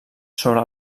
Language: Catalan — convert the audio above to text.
sobre